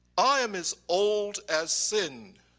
i am as old as sin,